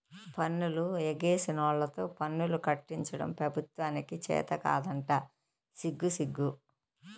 పన్నులు ఎగేసినోల్లతో పన్నులు కట్టించడం పెబుత్వానికి చేతకాదంట సిగ్గుసిగ్గు